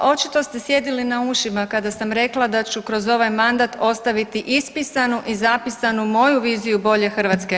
Da, očito ste sjedili na ušima kada sam rekla da ću kroz ovaj mandat ostaviti ispisanu i zapisanu moju viziju bolje Hrvatske.